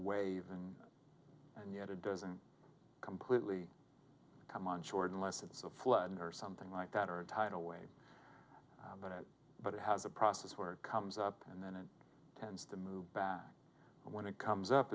wave and and yet it doesn't completely come on shore unless it's a flood or something like that or a tidal wave but it but it has a process where it comes up and then it tends to move back and when it comes up